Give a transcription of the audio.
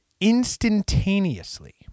instantaneously